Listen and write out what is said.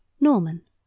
Norman